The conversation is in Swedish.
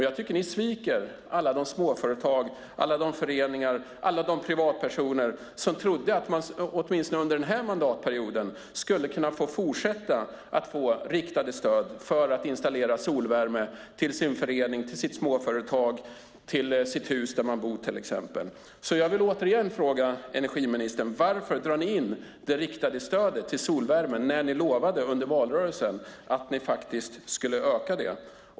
Jag tycker att ni sviker alla de småföretag, alla de föreningar, alla de privatpersoner som trodde att man åtminstone under den här mandatperioden skulle kunna få fortsätta att få riktade stöd för att installera solvärme till sin förening, till sitt småföretag, till sitt hus. Jag vill åter fråga energiministern: Varför drar ni in det riktade stödet till solvärme när ni lovade under valrörelsen att ni skulle öka det?